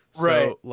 Right